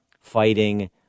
fighting